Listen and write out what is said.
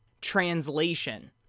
Translation